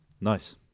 Nice